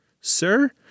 Sir